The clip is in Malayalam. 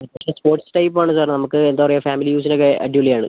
മറ്റേ സ്പോർട്സ് ടൈപ്പ് ആണ് സാർ നമുക്ക് എന്താണ് പറയുക ഫാമിലി യൂസിനൊക്കെ അടിപൊളിയാണ്